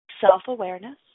self-awareness